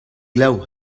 glav